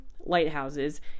lighthouses